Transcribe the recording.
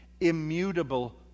immutable